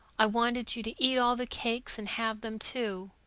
i wanted you to eat all the cakes and have them, too.